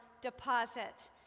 deposit